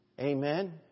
Amen